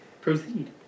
Proceed